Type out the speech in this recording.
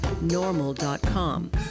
normal.com